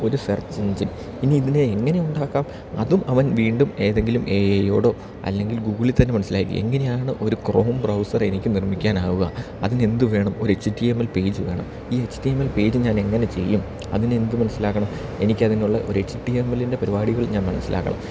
ഒരു search engine ഇനി ഇതിനെ എങ്ങനെ ഉണ്ടാക്കാം അതും അവൻ വീണ്ടും ഏതെങ്കിലും എ ഐയോഡോ അല്ലെങ്കിൽ ഗൂഗിളിൽ തന്നെ മനസ്സിലാക്കും എങ്ങനെയാണ് ഒരു ക്രോം ബ്രൗസർ എനിക്ക് നിർമ്മിക്കാനാവുക അതിനെന്ത് വേണം ഒരു എച്ച്ടിഎംഎൽ പേജ് വേണം ഈ എച്ച്ടിഎംഎൽ പേജ് ഞാനെങ്ങനെ ചെയ്യും അതിന് എന്ത് മനസ്സിലാക്കണം എനിക്ക് അതിനുള്ള ഒരു എച്ച് ടി എം എല്ലിന്റെ പരിപാടികൾ ഞാൻ മനസ്സിലാക്കണം